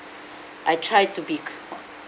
I try to be